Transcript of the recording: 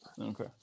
Okay